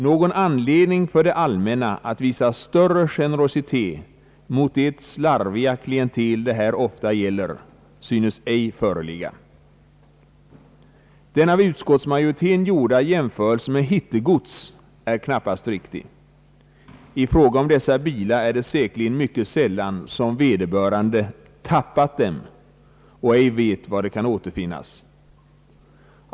Någon anledning för det allmänna att visa större generositet mot det slarviga klientel som det här ofta gäller synes inte föreligga. Den av utskottsmajoriteten gjorda jämförelsen med hittegods är knappast riktig. Det är säkerligen mycket sällan som vederbörande ägare »tappat» dessa bilar och ej vet var de kan återfinnas.